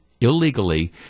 Illegally